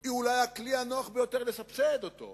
הוא אולי הכלי שנוח ביותר לסבסד אותו.